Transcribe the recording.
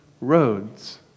roads